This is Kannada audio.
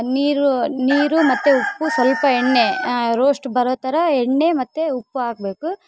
ನೀರು ನೀರು ಮತ್ತು ಉಪ್ಪು ಸ್ವಲ್ಪ ಎಣ್ಣೆ ರೋಸ್ಟ್ ಬರೋ ಥರ ಎಣ್ಣೆ ಮತ್ತು ಉಪ್ಪು ಹಾಕ್ಬೇಕು